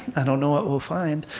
i don't know what we'll find,